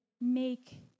make